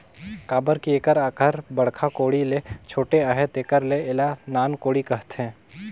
काबर कि एकर अकार बड़खा कोड़ी ले छोटे अहे तेकर ले एला नान कोड़ी कहथे